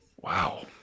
Wow